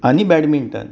आनी बॅडमिंटन